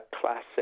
classic